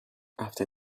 after